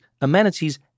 amenities